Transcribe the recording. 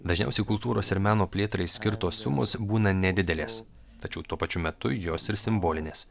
dažniausiai kultūros ir meno plėtrai skirtos sumos būna nedidelės tačiau tuo pačiu metu jos ir simbolinės